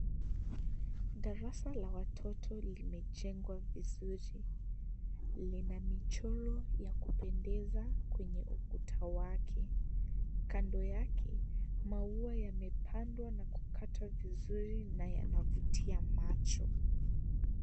Darasa la watoto limejengwa vizuri. Lina michoro ya kupendeza kwenye ukuta wake. Kando yake maua yamepandwa na kukatwa vizuri na yanavutia macho.